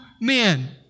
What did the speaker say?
men